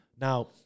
now